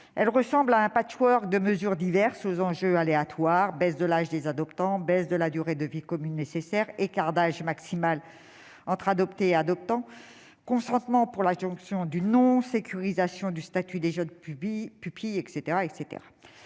elle ressemble à un patchwork de mesures diverses aux enjeux aléatoires : diminution de l'âge des adoptants et de la durée de vie commune nécessaire, écart d'âge maximal entre l'adopté et l'adoptant, consentement pour l'adjonction du nom, sécurisation du statut des jeunes pupilles, etc.